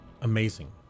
amazing